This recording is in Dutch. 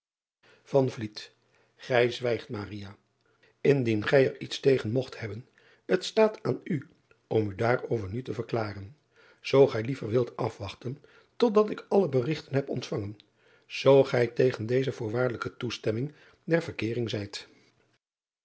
ij zwijgt ndien gij er iets tegen roogt hebben het staat aan u om u daarover nu te verklaren oo gij liever wilt afwachten tot dat ik alle berigten heb ontvangen zoo gij tegen deze voorwaardelijke toestemming der verkeering zijt